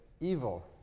evil